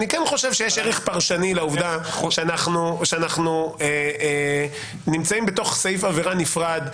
אני כן חושב שיש ערך פרשני לעובדה שאנחנו נמצאים בסעיף עבירה נפרד,